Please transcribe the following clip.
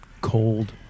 cold